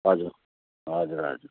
हजुर हजुर हजुर